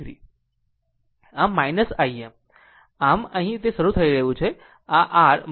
આમ અહીં તે શરૂ થઈ રહ્યું છે